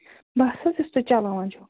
بَس حظ یُس تُہۍ چَلاوان چھِو